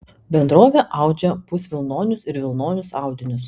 bendrovė audžia pusvilnonius ir vilnonius audinius